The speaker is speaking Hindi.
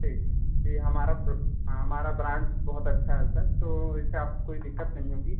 जी हमारा हमारा ब्रांच बहुत अच्छा है सर तो इससे आपको कोई दिक्कत नहीं होंगी